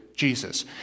Jesus